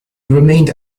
remained